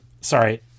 sorry